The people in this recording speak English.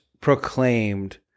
proclaimed